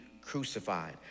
crucified